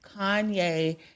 Kanye